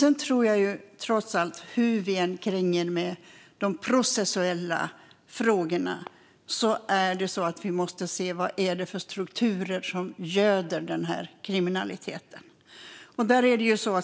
Hur vi än vänder och vrider på de processuella frågorna måste vi se vilka strukturer som göder denna kriminalitet.